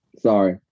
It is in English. Sorry